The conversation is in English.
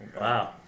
Wow